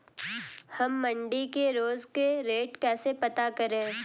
हम मंडी के रोज के रेट कैसे पता करें?